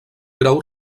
grau